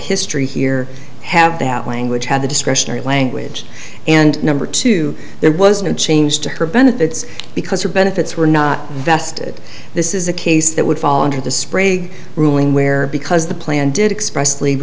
history here have that language had the discretionary language and number two there was no change to her benefits because her benefits were not vested this is a case that would fall under the sprague ruling where because the plan did express leave